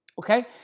Okay